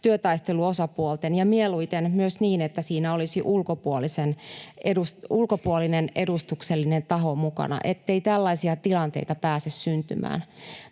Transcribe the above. työtaisteluosapuolten päättää yhdessä, ja mieluiten myös niin, että siinä olisi ulkopuolinen edustuksellinen taho mukana, ettei tällaisia tilanteita pääse syntymään.